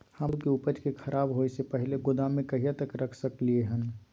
हम अपन आलू के उपज के खराब होय से पहिले गोदाम में कहिया तक रख सकलियै हन?